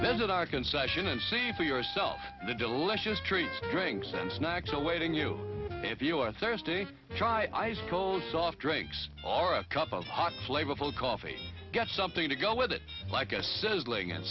visit our concession and see for yourself the delicious treats drinks and snacks awaiting you if you are thirsty try ice cold soft drinks or a cup of hot flavorful coffee get something to go with it like a sizzling and